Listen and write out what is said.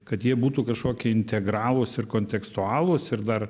kad jie būtų kažkokie integralūs ir kontekstualūs ir dar